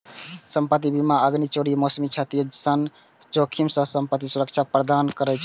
संपत्ति बीमा आगि, चोरी, मौसमी क्षति सन जोखिम सं संपत्ति कें सुरक्षा प्रदान करै छै